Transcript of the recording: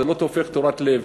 זה לא הופך תורת לב,